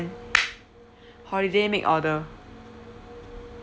holiday make order